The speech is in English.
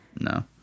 No